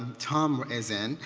tom is in.